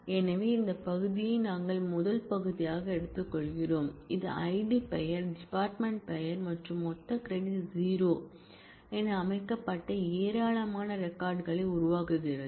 எனவே இந்த பகுதியை நாங்கள் முதல் பகுதியாக எடுத்துக்கொள்கிறோம் இது ஐடி பெயர் டிபார்ட்மென்ட் பெயர் மற்றும் மொத்த கிரெடிட் 0 என அமைக்கப்பட்ட ஏராளமான ரெக்கார்ட் களை உருவாக்குகிறது